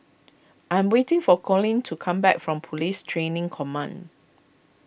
I am waiting for Colleen to come back from Police Training Command